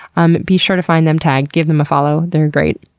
um be sure to find them tagged, give them a follow. they're great.